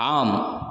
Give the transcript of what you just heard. ஆம்